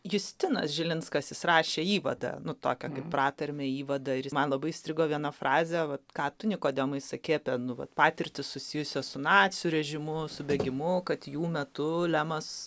justinas žilinskas jis rašė įvadą nu tokią kaip pratarmę įvadą man labai įstrigo viena frazė vat ką tu nikodemai sakei apie nu vat patirtį susijusią su nacių režimu su bėgimu kad jų metu lemas